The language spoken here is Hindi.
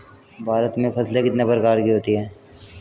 भारत में फसलें कितने प्रकार की होती हैं?